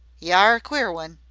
y' are a queer one!